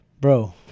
bro